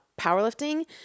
powerlifting